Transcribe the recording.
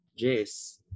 Jace